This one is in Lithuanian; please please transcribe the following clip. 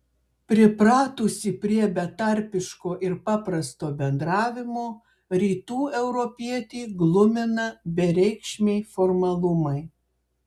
pripratusį prie betarpiško ir paprasto bendravimo rytų europietį glumina bereikšmiai formalumai